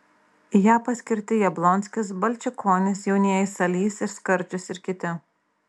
į ją paskirti jablonskis balčikonis jaunieji salys ir skardžius ir kiti